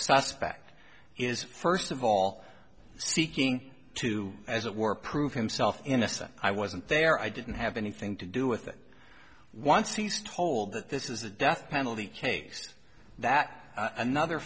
suspect is first of all seeking to as it were prove himself innocent i wasn't there i didn't have anything to do with it once he's told that this is a death penalty case that another